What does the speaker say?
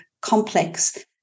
complex